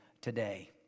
today